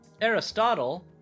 Aristotle